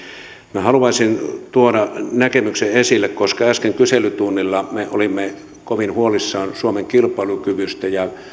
minä haluaisin tuoda siitä näkemyksen esille koska äsken kyselytunnilla me olimme kovin huolissamme suomen kilpailukyvystä ja